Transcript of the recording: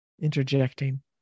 interjecting